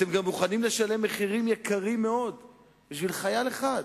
אתם מוכנים לשלם מחירים יקרים מאוד בשביל חייל אחד.